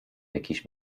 jakiś